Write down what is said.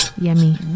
Yummy